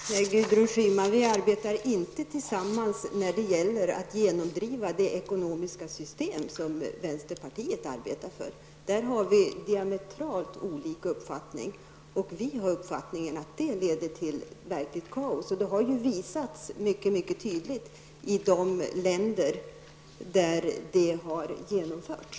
Herr talman! Nej, Gudrun Schyman, vi arbetar inte tillsammans när det gäller att genomdriva det ekonomiska system som vänsterpartiet arbetar för. Där har vi diametralt olika uppfattningar. Vår uppfattning är att detta leder till verkligt kaos -- och det har ju visats mycket tydligt i de länder där det har genomförts.